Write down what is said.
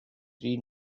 three